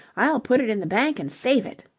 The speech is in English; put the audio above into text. i'll put it in the bank and save it.